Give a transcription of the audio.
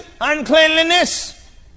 uncleanliness